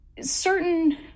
certain